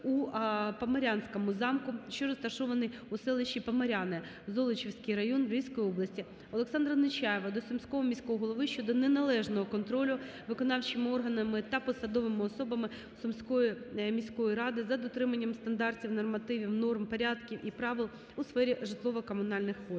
у Поморянському замку, що розташований у селищі Поморяни (Золочівський район Львівської області). Олександра Нечаєва до Сумського міського голови щодо неналежного контролю виконавчими органами та посадовими особами Сумської міської ради за дотриманням стандартів, нормативів, норм, порядків і правил у сфері житлово-комунальних послуг.